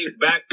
back